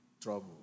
trouble